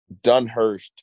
Dunhurst